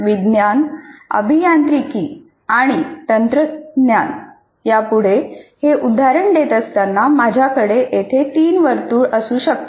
विज्ञान अभियांत्रिकी आणि तंत्रज्ञान यापुढे हे उदाहरण देत असताना माझ्याकडे येथे तीन वर्तुळ असू शकतात